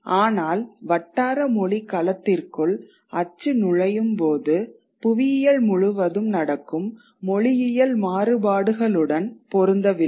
ஆனால் வட்டாரமொழி களத்திற்குள் அச்சு நுழையும்போது புவியியல் முழுவதும் நடக்கும் மொழியியல் மாறுபாடுகளுடன் பொருந்தவில்லை